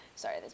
sorry